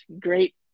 Great